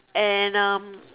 and um